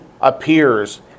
appears